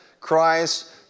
Christ